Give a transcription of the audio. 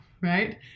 right